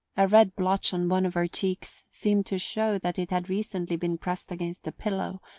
a red blotch on one of her cheeks seemed to show that it had recently been pressed against a pillow,